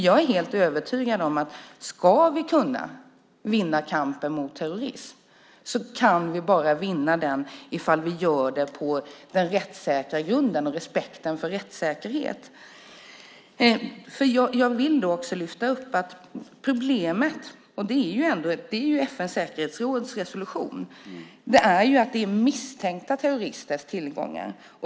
Jag är helt övertygad om att om vi ska kunna vinna kampen mot terrorism kan vi bara göra det på en rättssäker grund och med respekt för rättssäkerheten. Jag vill också lyfta upp att problemet, och det handlar om FN:s säkerhetsråds resolution, är att det är misstänkta terroristers tillgångar.